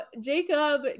Jacob